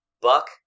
Buck